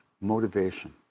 motivation